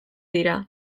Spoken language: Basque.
dira